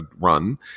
run